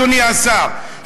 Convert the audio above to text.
אדוני השר,